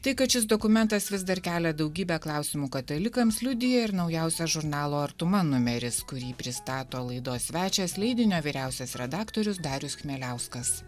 tai kad šis dokumentas vis dar kelia daugybę klausimų katalikams liudija ir naujausias žurnalo artuma numeris kurį pristato laidos svečias leidinio vyriausias redaktorius darius chmieliauskas